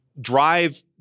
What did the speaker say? drive